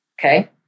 Okay